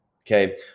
Okay